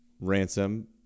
Ransom